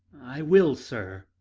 i will, sir.